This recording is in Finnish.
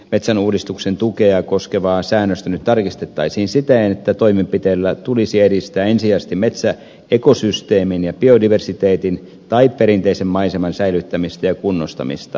metsänuudistuksen tukea koskevaa säännöstä nyt tarkistettaisiin siten että toimenpiteillä tulisi edistää ensisijaisesti metsäekosysteemin ja biodiversiteetin tai perinteisen maiseman säilyttämistä ja kunnostamista